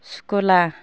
सुकुला